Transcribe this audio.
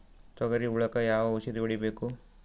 ತೊಗರಿ ಹುಳಕ ಯಾವ ಔಷಧಿ ಹೋಡಿಬೇಕು?